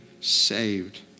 saved